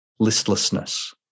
listlessness